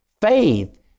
Faith